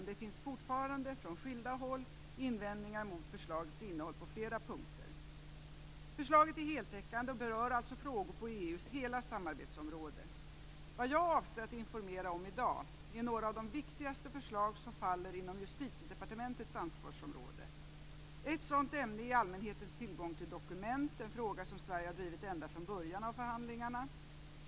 Det finns fortfarande invändningar från skilda håll mot förslagets innehåll på flera punkter. Förslaget är heltäckande och berör alltså frågor på EU:s hela samarbetsområde. Vad jag avser att informera om i dag är några av de viktigare förslag som faller inom Justitiedepartementets ansvarsområde. Ett sådant ämne är allmänhetens tillgång till dokument - en fråga som Sverige har drivit ända från början av förhandlingarna.